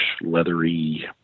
leathery